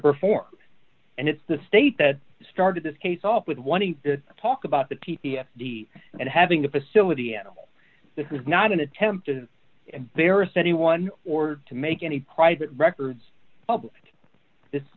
perform and it's the state that started this case off with wanting to talk about the t p s the and having the facility and that was not an attempt is embarrassed anyone or to make any private records published this